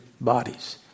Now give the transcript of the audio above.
bodies